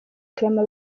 clement